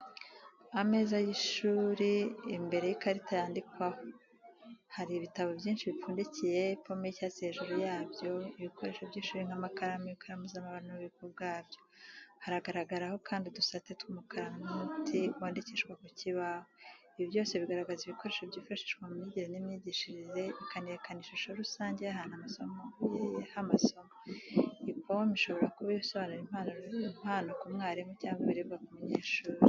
Ameza y’ishuri imbere y’ikarita yandikwaho . Hariho ibitabo byinshi bipfundikiye, ipome y’icyatsi hejuru yabyo, ibikoresho by’ishuri nk’amakaramu, ikaramu z’amabara n’ububiko bwabyo. Haragaragaraho kandi udusate tw'umukara n'umuti wandikishwaho ku kibaho. Ibi byose bigaragaza ibikoresho byifashishwa mu myigire n’imyigishirize, bikanerekana ishusho rusange y’ahantu h’amasomo. Ipome ishobora kuba isobanura impano ku mwarimu cyangwa ibiribwa by’umunyeshuri.